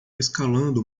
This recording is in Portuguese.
escalando